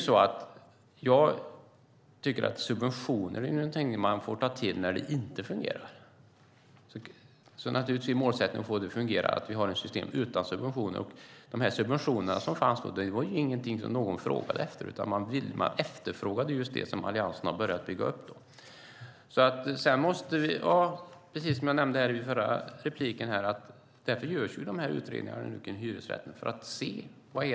Subventioner är någonting man får ta till när det inte fungerar, så naturligtvis är målsättningen att få ett system utan subventioner att fungera. Det var ingen som tidigare frågade efter de subventioner som fanns, utan man efterfrågade just det som Alliansen har börjat bygga upp. Precis som jag nämnde i den förra repliken görs utredningar kring hyresrätten.